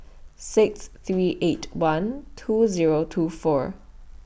six three eight one two Zero two four